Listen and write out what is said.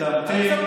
אם תמתין,